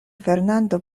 fernando